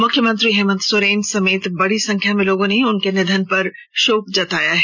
मुख्यमंत्री हेमन्त सोरेन समेत बड़ी संख्या में लोगों ने उनके निधन पर शोक जताया है